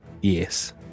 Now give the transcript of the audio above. Yes